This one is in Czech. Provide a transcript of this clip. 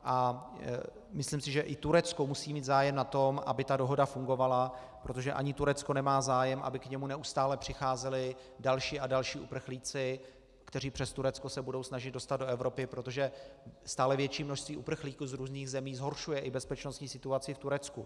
A myslím si, že i Turecko musí mít zájem na tom, aby ta dohoda fungovala, protože ani Turecko nemá zájem, aby k němu neustále přicházeli další a další uprchlíci, kteří se přes Turecko budou snažit dostat do Evropy, protože stále větší množství uprchlíků z různých zemí zhoršuje bezpečnostní situaci i v Turecku.